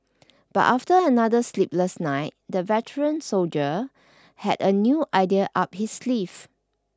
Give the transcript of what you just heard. but after another sleepless night the veteran soldier had a new idea up his sleeve